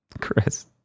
Chris